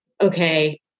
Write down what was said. okay